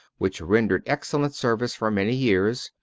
which rendered excellent service for many years,